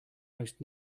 most